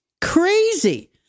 crazy